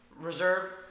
reserve